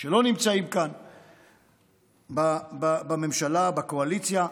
ושלא נמצאים כאן בממשלה, בקואליציה,